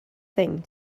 thing